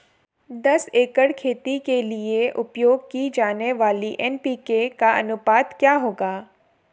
दस एकड़ खेती के लिए उपयोग की जाने वाली एन.पी.के का अनुपात क्या होगा?